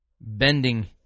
bending